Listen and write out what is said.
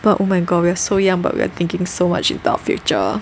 but oh my god we are so young but we are thinking so much into our future